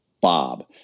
Bob